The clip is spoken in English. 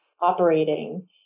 operating